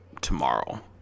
tomorrow